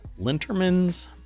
Lintermans